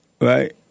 right